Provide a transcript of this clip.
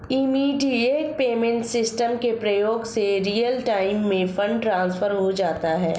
immediate payment system के प्रयोग से रियल टाइम में फंड ट्रांसफर हो जाता है